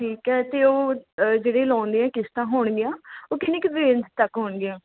ਠੀਕ ਹੈ ਅਤੇ ਉਹ ਜਿਹੜੇ ਲੋਨ ਦੀਆਂ ਕਿਸ਼ਤਾਂ ਹੋਣਗੀਆਂ ਉਹ ਕਿੰਨੇ ਕੁ ਦੇਰ ਤੱਕ ਹੋਣਗੀਆਂ